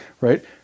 Right